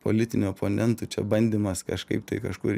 politinių oponentų čia bandymas kažkaip tai kažkur